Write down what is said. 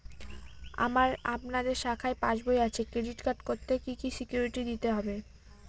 আমার আপনাদের শাখায় পাসবই আছে ক্রেডিট কার্ড করতে কি কি সিকিউরিটি দিতে হবে?